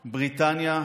בריטניה,